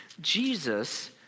Jesus